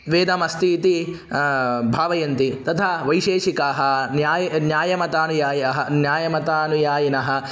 वेदमस्ति इति भावयन्ति तथा वैशेषिकाः न्याये न्यायमतानुयायाः न्यायमतानुयायिनः